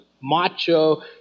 macho